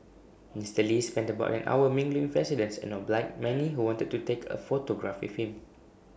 Mister lee spent about an hour mingling residents and obliged many who wanted to take A photograph with him